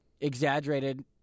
exaggerated